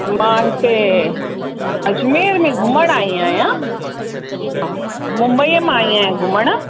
मां हिते अजमेर में घुमण आई आहियां हा मुम्बईअ मां आई आहियां घुमणु